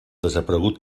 desaparegut